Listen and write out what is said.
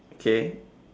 okay